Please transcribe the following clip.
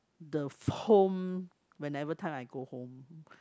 the f~ home whenever time I go home